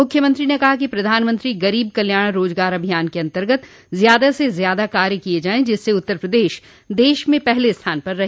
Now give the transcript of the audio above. मुख्यमंत्री ने कहा कि प्रधानमंत्री गरीब कल्याण रोजगार अभियान के अन्तर्गत ज्यादा से ज्यादा कार्य किये जाये जिससे उत्तर प्रदेश देश में पहले स्थान पर रहे